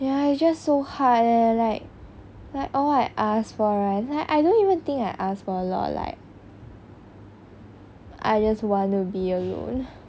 ya it's just so hard eh like all I ask for like I don't even think I asked for a lot like I just want to be alone